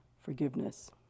forgiveness